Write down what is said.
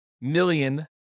million